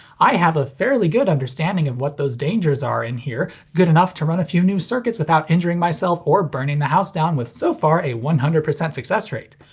i have a fairly good understanding of what those dangers are in here good enough to run a few new circuits without injuring myself or burning the house down with, so far, a one hundred percent success rate.